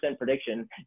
prediction